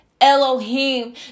Elohim